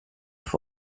auf